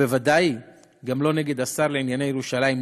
ובוודאי גם לא נגד השר לענייני ירושלים.